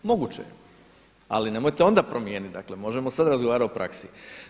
Moguće je, ali nemojte onda promijeniti, dakle možemo sada razgovarati u praksi.